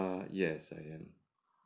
yes I am